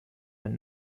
mit